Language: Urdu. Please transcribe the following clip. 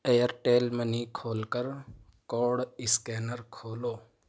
ایئرٹیل منی کھول کر کوڈ اسکینر کھولو